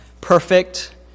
perfect